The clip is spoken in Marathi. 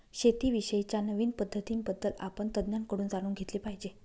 शेती विषयी च्या नवीन पद्धतीं बद्दल आपण तज्ञांकडून जाणून घेतले पाहिजे